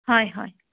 হয় হয়